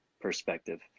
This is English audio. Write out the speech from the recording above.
perspective